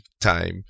time